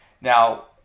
now